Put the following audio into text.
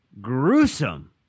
gruesome